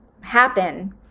happen